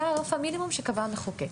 זה רף המינימום שקבע המחוקק.